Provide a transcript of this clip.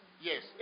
Yes